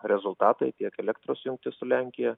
rezultatai tiek elektros jungtis su lenkija